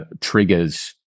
triggers